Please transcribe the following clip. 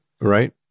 right